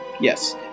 Yes